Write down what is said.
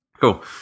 Cool